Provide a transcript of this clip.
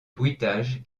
bruitages